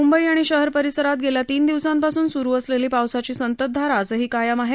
मुंबई शहर आणि परिसरात गेल्या तीन दिवसांपासून स्रू असलेली पावसाची संततधार आजही कायम आहे